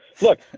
Look